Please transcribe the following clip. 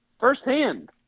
firsthand